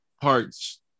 parts